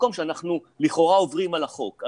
במקום שאנחנו ל כאורה עוברים על החוק.